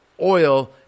oil